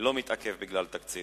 לא מתעכב בגלל תקציב.